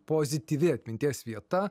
pozityvi atminties vieta